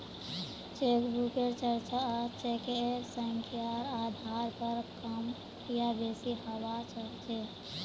चेकबुकेर चार्ज चेकेर संख्यार आधार पर कम या बेसि हवा सक्छे